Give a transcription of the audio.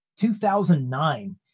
2009